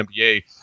NBA